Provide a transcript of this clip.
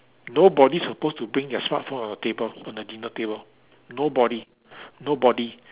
nobody supposed to bring their smartphone on the table on the dinner table nobody nobody